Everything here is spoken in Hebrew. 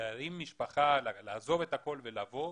שלהביא משפחה, לעזוב את הכול ולבוא.